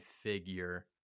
figure